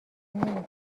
نمیکنه